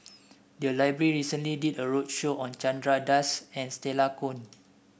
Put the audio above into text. the library recently did a roadshow on Chandra Das and Stella Kon